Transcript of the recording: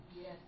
Yes